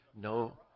No